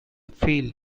feel